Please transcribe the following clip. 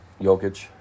Jokic